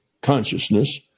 consciousness